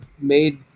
made